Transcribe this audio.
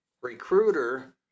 recruiter